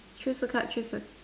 choose a card choose a